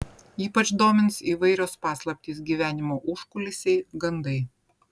ypač domins įvairios paslaptys gyvenimo užkulisiai gandai